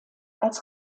als